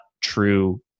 true